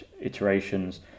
iterations